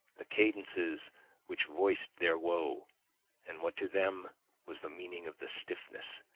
the cadences which voiced their woe and what to them was the meaning of the stiffness,